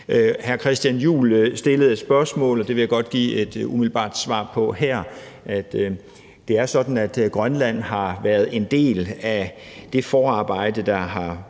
Hr. Christian Juhl stillede et spørgsmål, og det vil jeg godt give et umiddelbart svar på her. Det er sådan, at Grønland har været en del af det forarbejde, der er